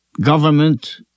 government